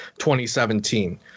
2017